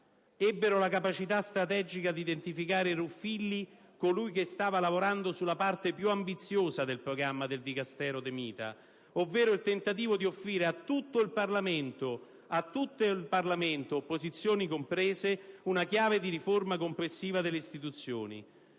ebbero la capacità strategica di identificare in Ruffilli colui che stava lavorando sulla parte più ambiziosa del programma del Dicastero De Mita, ovvero il tentativo di offrire a tutto il Parlamento, opposizioni comprese, una chiave di riforma complessiva delle istituzioni.